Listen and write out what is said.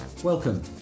Welcome